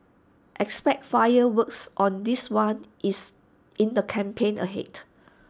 expect fireworks on this one is in the campaign ahead